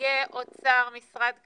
נציגי אוצר, משרד הכלכלה,